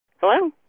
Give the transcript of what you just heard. Hello